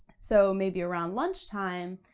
so maybe around lunch time,